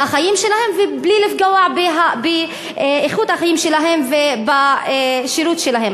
בחיים שלהם ובלי לפגוע באיכות החיים שלהם ובשירות שלהם.